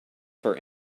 for